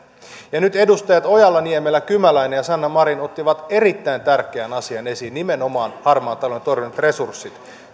nyt edustajat ojala niemelä kymäläinen ja sanna marin ottivat erittäin tärkeän asian esiin nimenomaan harmaan talouden torjunnan resurssit